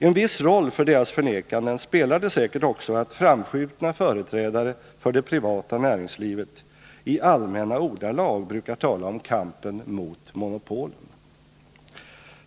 En viss roll för deras förnekande spelar det säkert också att framskjutna företrädare för det privata näringslivet i allmänna ordalag brukar tala om kampen mot monopolen.